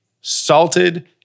salted